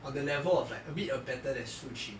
on the level of like a bit a better than shu qun